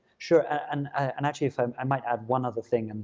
sure. and and actually if um i might add one other thing, and